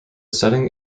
setting